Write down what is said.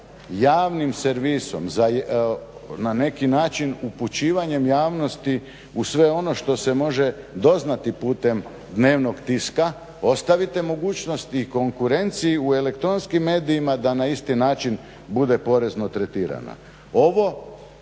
javnim servisom, na neki način upućivanjem javnosti u sve ono što se može doznati putem dnevnog tiska, ostavite mogućnost i konkurenciji u elektronskim medijima da na isti način bude porezno tretirana. Ovo